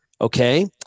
okay